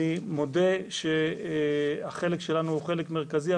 אני מודה שהחלק שלנו הוא חלק מרכזי,